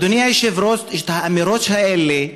אדוני היושב-ראש, האמירות האלה,